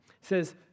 says